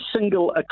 single